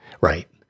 Right